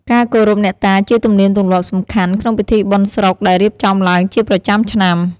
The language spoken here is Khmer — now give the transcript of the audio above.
ការគោរពអ្នកតាជាទំនៀមទម្លាប់សំខាន់ ក្នុងពិធីបុណ្យស្រុកដែលរៀបចំឡើងជាប្រចាំឆ្នាំ។